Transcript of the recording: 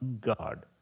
God